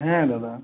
হ্যাঁ দাদা